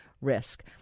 risk